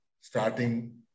starting